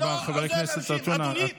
תודה רבה, חבר הכנסת עטאונה.